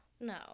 no